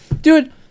dude